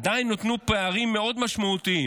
עדיין נותרו פערים מאוד משמעותיים.